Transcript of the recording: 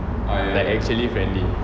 like actually friendly